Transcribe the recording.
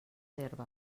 herbes